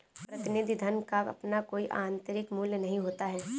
प्रतिनिधि धन का अपना कोई आतंरिक मूल्य नहीं होता है